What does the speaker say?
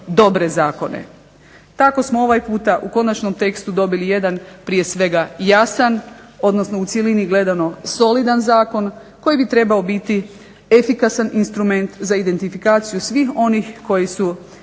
dobre zakone. Tako smo ovaj puta u konačnom tekstu dobili jedan prije svega jasan, odnosno u cjelini gledano solidan zakon, koji bi trebao biti efikasan instrument za identifikaciju svih onih koji su